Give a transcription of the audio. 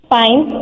fine